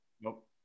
Nope